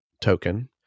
token